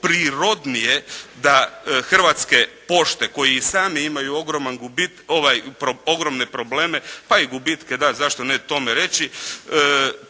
prirodnije da Hrvatske pošte koje i same imaju ogroman, ogromne probleme pa i gubitke da, zašto ne tome reći,